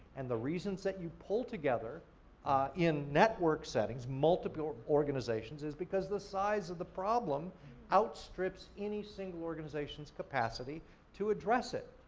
and the reasons that you pool together in network settings, multiple organizations, is because the size of the problem outstrips any single organization's capacity to address it.